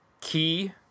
key